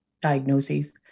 diagnoses